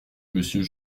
monsieur